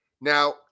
Now